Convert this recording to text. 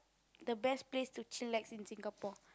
the best place to chillax in Singapore